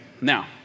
now